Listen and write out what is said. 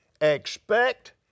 expect